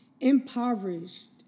impoverished